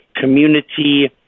community